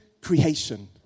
creation